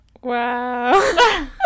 Wow